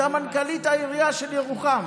הייתה מנכ"לית העירייה של ירוחם.